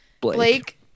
Blake